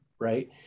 right